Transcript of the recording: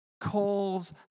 calls